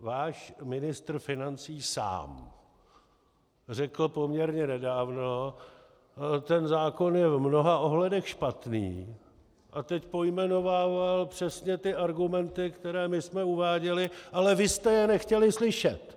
Váš ministr financí sám řekl poměrně nedávno, že ten zákon je v mnoha ohledech špatný, a teď pojmenovával přesně ty argumenty, které my jsme uváděli, ale vy jste je nechtěli slyšet!